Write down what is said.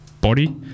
body